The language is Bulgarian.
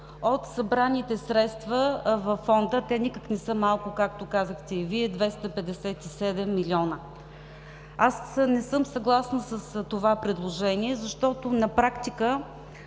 от събраните средства във Фонда, а те не са никак малко, както казахте Вие – 257 милиона. Аз не съм съгласна с това предложение, защото на практика